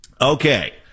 Okay